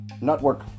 network